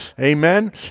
amen